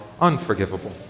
unforgivable